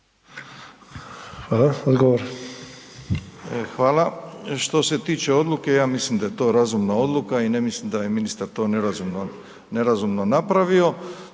**Milatić, Ivo** Hvala. Što se tiče odluke, ja mislim da je to razumna odluka i ne mislim da je to ministar to nerazumno napravio.